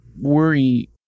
worry